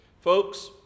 Folks